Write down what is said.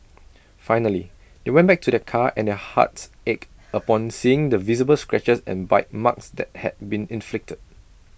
finally they went back to their car and their hearts ached upon seeing the visible scratches and bite marks that had been inflicted